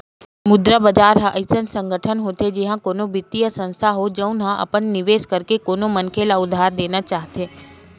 मुद्रा बजार ह अइसन संगठन होथे जिहाँ कोनो बित्तीय संस्थान हो, जउन ह अपन निवेस करके कोनो मनखे ल उधार देना चाहथे